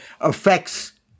affects